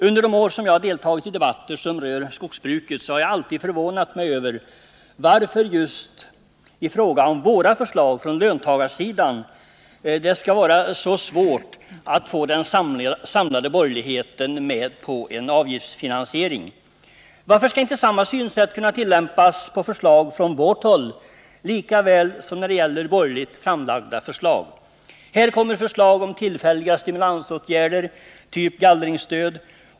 Under de år då jag har deltagit i debatter om skogsbruket har jag alltid förvånat mig över att det just i fråga om förslagen från löntagarsidan skall vara så svårt att få den samlade borgerligheten med på en avgiftsfinansiering. Varför skall inte samma synsätt kunna tillämpas på förslag från vårt håll som på borgerligt framlagda förslag? Här har kommit förslag om tillfälliga stimulansåtgärder, typ gallringsstöd.